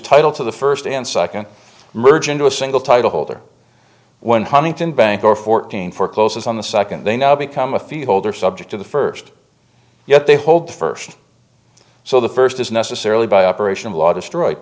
title to the first and second merge into a single title holder when huntington bank or fourteen forecloses on the second they now become a fee holder subject to the first yet they hold the first so the first is necessarily by operation of law destroyed